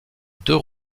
deux